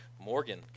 Morgan